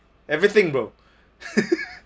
everything bro